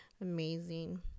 amazing